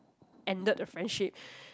ended the friendship